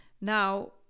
Now